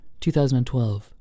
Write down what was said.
2012